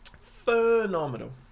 Phenomenal